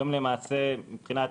היום, מבחינת